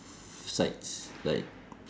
sites like